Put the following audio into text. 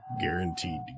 Guaranteed